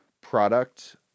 product